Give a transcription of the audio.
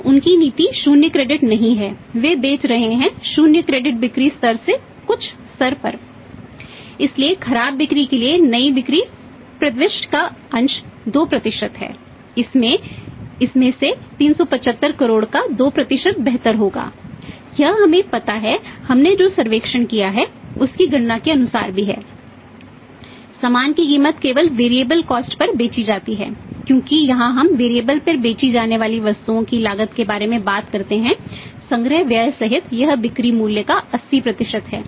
तो उनकी नीति 0 क्रेडिट पर बेची जाने वाली वस्तुओं की लागत के बारे में बात करते हैं संग्रह व्यय सहित यह बिक्री मूल्य का 80 है